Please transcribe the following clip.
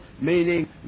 meaning